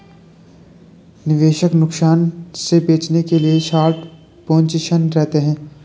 निवेशक नुकसान से बचने के लिए शार्ट पोजीशन रखते है